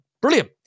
Brilliant